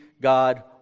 God